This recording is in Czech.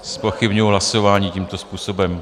Zpochybňuji hlasování tímto způsobem.